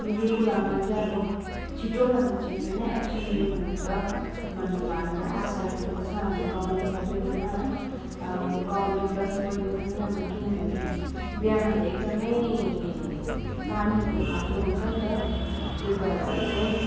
अब यो कुरामा चाहिँ अब छिटोभन्दा छिटो नै एक्सन लिनुहुन्छ भन्ने हामीले आशा राखेको छ हामी गाउँले सबैजना है अब गाउँले प्लस मैले पनि अब किनभने बिहामा त एकदमै पानीको खाँचो हुन्छ नि त त्यो भएर चाहिँ